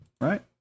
right